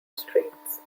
streets